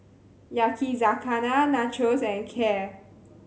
Yakizakana Nachos and Kheer